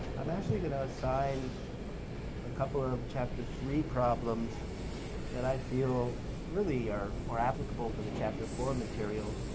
i'm actually going to assign a couple of chapter three problems that i feel really are more applicable to the chapter four material